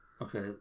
Okay